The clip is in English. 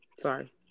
Sorry